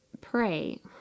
pray